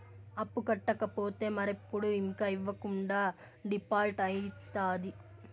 అప్పు కట్టకపోతే మరెప్పుడు ఇంక ఇవ్వకుండా డీపాల్ట్అయితాది